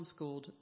homeschooled